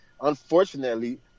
unfortunately